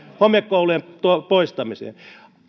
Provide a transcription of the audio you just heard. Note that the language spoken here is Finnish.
homekoulujen poistamiseen